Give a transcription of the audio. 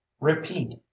repeat